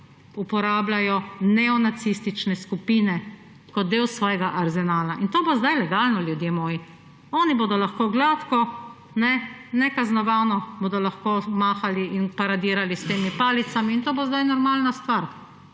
uporabljajo neonacistične skupine kot del svojega arzenala. In to bo sedaj legalno, ljudje moji! Oni bodo lahko nekaznovano mahali in paradirali s temi palicami, in to bo sedaj normalna stvar.